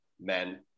men